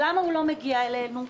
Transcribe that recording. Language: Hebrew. למה הוא לא מגיע אלינו?